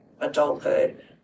adulthood